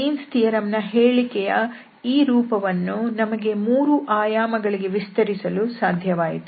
Green's theorem Green's theorem ನ ಹೇಳಿಕೆಯ ಈ ರೂಪವನ್ನು ನಮಗೆ 3 ಆಯಾಮ ಗಳಿಗೆ ವಿಸ್ತರಿಸಲು ಸಾಧ್ಯವಾಯಿತು